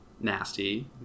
nasty